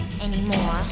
anymore